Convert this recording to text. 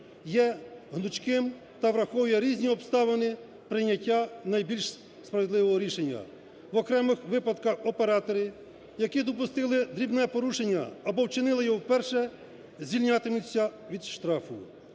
є гнучким та враховує різні обставини прийняття найбільш справедливого рішення. В окремих випадках оператори, які допустили дрібне порушення або вчинили його вперше, звільнятимуться від штрафу.